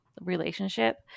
relationship